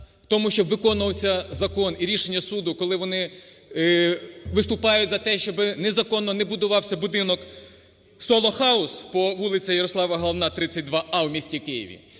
на тому, щоб виконувався закон і рішення суду, коли вони виступають за те, щоб незаконно не будувався будинокSolo House по вулиці Ярослава Галана, 32а у місті Києв?